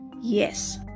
yes